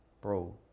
bro